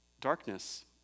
darkness